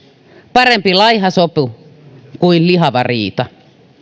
parempi laiha sopu kuin lihava riita